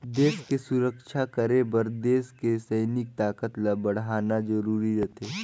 देस के सुरक्छा करे बर देस के सइनिक ताकत ल बड़हाना जरूरी रथें